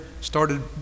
started